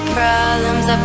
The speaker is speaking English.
problems